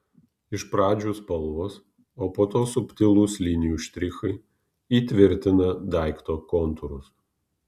iš pradžių spalvos o po to subtilūs linijų štrichai įtvirtina daikto kontūrus